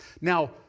Now